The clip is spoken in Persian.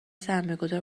سرمایهگذار